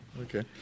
Okay